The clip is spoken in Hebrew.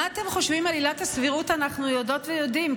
מה אתם חושבים על עילת הסבירות אנחנו יודעות ויודעים,